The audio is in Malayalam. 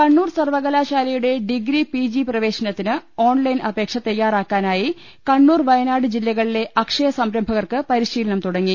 കണ്ണൂർ സർവകലാശാലയുടെ ഡിഗ്രി പിജി പ്രവേശനത്തിന് ഓൺലൈൻ അപേക്ഷ തയ്യാറാക്കാനായി കണ്ണൂർ വയനാട് ജില്ല കളിലെ അക്ഷയസംരംഭകർക്ക് പരിശീലനം തുടങ്ങി